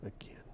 again